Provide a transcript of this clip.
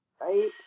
Right